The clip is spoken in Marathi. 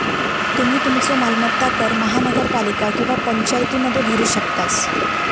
तुम्ही तुमचो मालमत्ता कर महानगरपालिका किंवा पंचायतीमध्ये भरू शकतास